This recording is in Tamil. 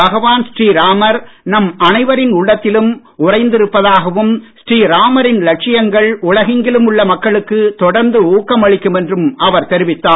பகவான் ஸ்ரீராமர் நம் அனைவரின் உள்ளத்திலும் உறைந்திருப்பதாகவும் ஸ்ரீராமரின் லட்சியங்கள் உலகெங்கிலும் உள்ள மக்களுக்கு தொடர்ந்து ஊக்கம் அளிக்கும் என்றும் அவர் தெரிவித்தார்